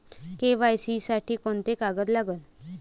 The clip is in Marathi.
के.वाय.सी साठी कोंते कागद लागन?